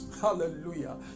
Hallelujah